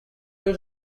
you